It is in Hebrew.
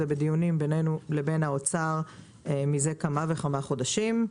זה בדיונים בינינו לבין משרד האוצר מזה כמה וכמה חודשים.